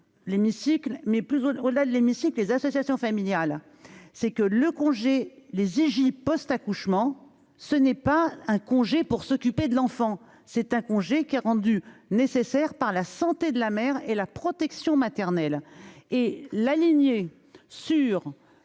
mais plutôt au-delà de l'hémicycle, les associations familiales, c'est que le congé les Ziggy post-accouchement, ce n'est pas un congé pour s'occuper de l'enfant, c'est un congé qui a rendu nécessaire par la santé de la mère et la protection maternelle et l'aligné sur